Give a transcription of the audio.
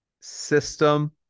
system